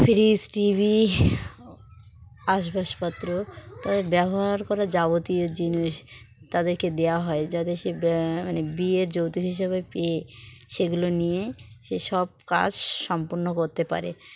fridge TV আসবাসপত্র তবে ব্যবহার করা যাবতীয় জিনিস তাদেরকে দেওয়া হয় যাদের সে ব্যা মানে বিয়ের যৌতূক হিসাবে পেয়ে সেগুলো নিয়ে সে সব কাজ সম্পূর্ণ করতে পারে